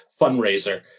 fundraiser